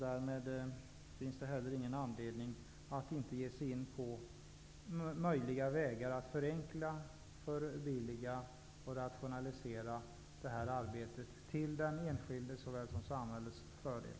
Därmed finns det heller ingen anledning att inte förenkla, förbilliga och rationalisera detta förfarande, såväl till den enskildes som till samhällets fördel.